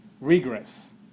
regress